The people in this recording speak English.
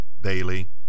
daily